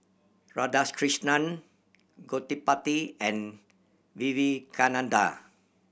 Radhakrishnan Gottipati and Vivekananda